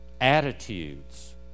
Attitudes